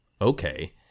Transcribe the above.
okay